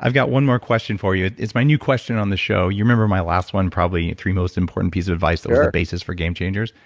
i've got one more question for you. it's my new question on the show. you remember my last one, probably three most important piece of advice that was the basis for game changers? yeah